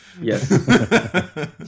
Yes